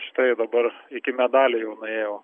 štai dabar iki medalio jau nuėjau